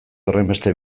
horrenbeste